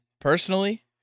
personally